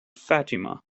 fatima